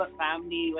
family